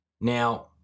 now